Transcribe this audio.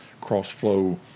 cross-flow